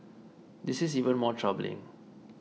this is even more troubling